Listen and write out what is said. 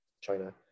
china